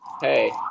Hey